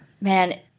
Man